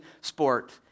sport